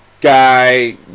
guy